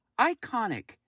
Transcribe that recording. iconic